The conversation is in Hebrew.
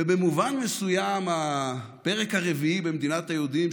במובן מסוים הפרק הרביעי ב"מדינת היהודים",